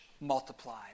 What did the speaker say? multiplied